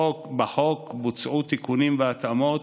בחוק בוצעו תיקונים והתאמות